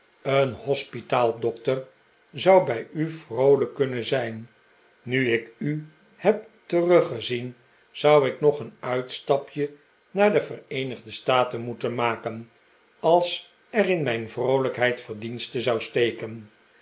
een hospitaaldokter zou bij u vroolijk kunnen zijn nu ik u heb teruggezien zou ik nog een uitstapje naar de vereenigde staten moeten maken als er in mijn vroolijkheid verdienste zou steken